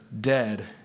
dead